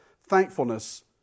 thankfulness